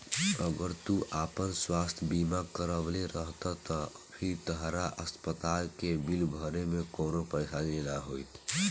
अगर तू आपन स्वास्थ बीमा करवले रहत त अभी तहरा अस्पताल के बिल भरे में कवनो परेशानी ना होईत